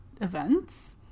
events